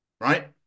right